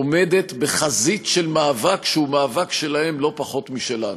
עומדת בחזית של מאבק שהוא מאבק שלהם לא פחות משלנו.